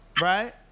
right